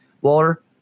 Walter